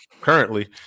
currently